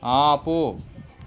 ఆపు